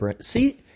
See